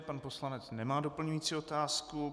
Pan poslanec nemá doplňující otázku.